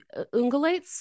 ungulates